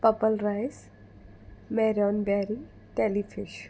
purple rice maroon berry tally fish